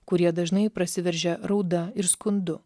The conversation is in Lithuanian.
kurie dažnai prasiveržia rauda ir skundu